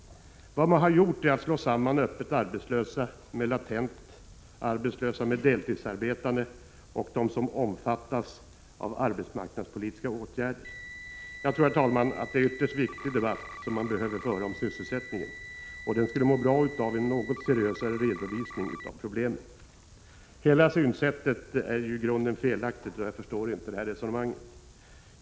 Man har räknat ihop öppet arbetslösa, latent arbetslösa, deltidsarbetande och dem som omfattas av arbetsmarknadspolitiska åtgärder. Jag tror, herr talman, att den debatt som behöver föras om sysselsättningen är ytterst viktig. Den skulle må bra av en något seriösare redovisning av problemen. Hela synsättet är ju i grunden felaktigt, och jag förstår inte resonemanget.